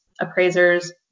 appraisers